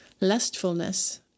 lustfulness